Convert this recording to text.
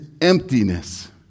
emptiness